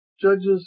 Judges